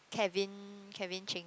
Kevin Kevin-Cheng